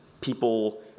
people